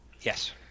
Yes